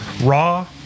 raw